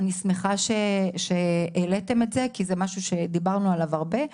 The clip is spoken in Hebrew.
אני שמחה שהעליתן את זה כי זה משהו שדיברנו עליו הרבה.